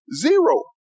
Zero